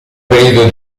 periodo